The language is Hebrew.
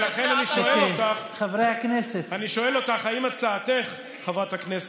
ולכן אני שואל אותך אם הצעתך, חברת הכנסת,